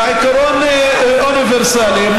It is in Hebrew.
לעיקרון אוניברסלי.